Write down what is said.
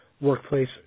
workplace